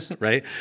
Right